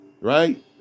Right